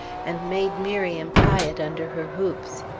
and made miriam tie it under her hoops.